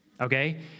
okay